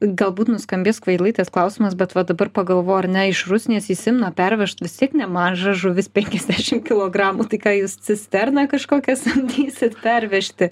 galbūt nuskambės kvailai tas klausimas bet va dabar pagalvojau ar ne iš rusnės į simną pervežt vis tiek nemaža žuvis penkiasdešim kilogramų tai ką jūs cisterną kažkokią samdysit pervežti